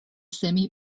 semi